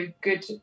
good